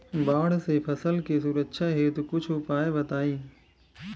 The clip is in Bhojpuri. बाढ़ से फसल के सुरक्षा हेतु कुछ उपाय बताई?